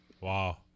Wow